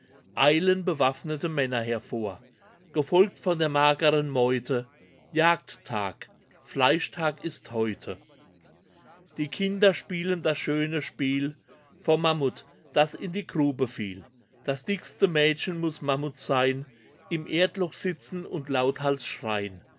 eilen bewaffnete männer hervor gefolgt von der mageren meute jagdtag fleischtag ist heute die kinder spielen das schöne spiel vom mammut das in die grube fiel das dickste mädchen muß mammut sein im erdloch sitzen und lauthals schrei'n